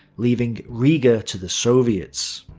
leaving riga to the soviets.